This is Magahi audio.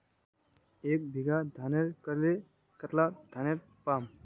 एक बीघा धानेर करले कतला धानेर पाम?